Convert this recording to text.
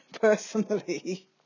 personally